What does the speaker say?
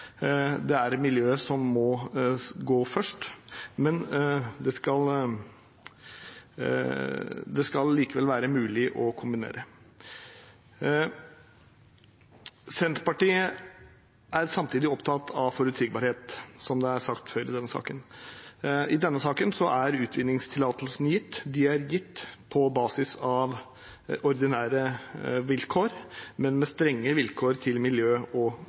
Det er miljøet som må komme først. Det skal likevel være mulig å kombinere. Senterpartiet er opptatt av forutsigbarhet, som det er sagt før i denne saken. I denne saken er utvinningstillatelsene gitt. De er gitt på basis av ordinære vilkår, men med strenge vilkår knyttet til miljø- og